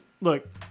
Look